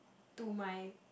to my